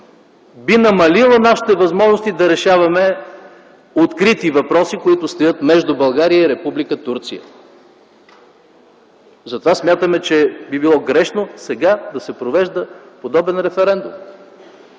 би намалило нашите възможности да решаваме открити въпроси, които стоят между България и Република Турция. Затова смятаме, че би било грешно сега да се провежда подобен референдум,